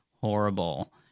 horrible